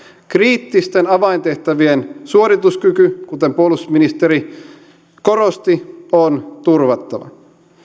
kriittisten avaintehtävien suorituskyky kuten puolustusministeri korosti on turvattava